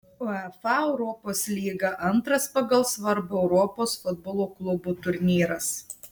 uefa europos lyga antras pagal svarbą europos futbolo klubų turnyras